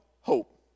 hope